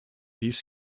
these